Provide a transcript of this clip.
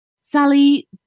Sally